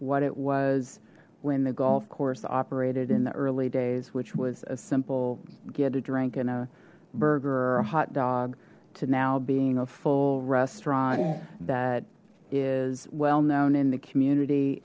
what it was when the golf course operated in the early days which was a simple get a drink in a burger or a hot dog to now being a full restaurant that is well known in the community